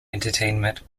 entertainment